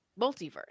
multiverse